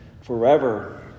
forever